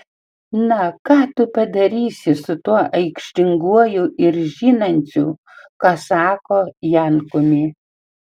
na ką tu padarysi su tuo aikštinguoju ir žinančiu ką sako jankumi